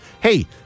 Hey